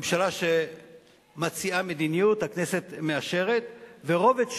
ממשלה שמציעה מדיניות, הכנסת מאשרת, ורובד שני,